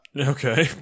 okay